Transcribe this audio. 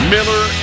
Miller